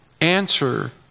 answer